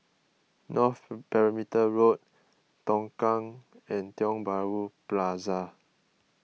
North Perimeter Road Tongkang and Tiong Bahru Plaza